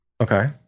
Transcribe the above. Okay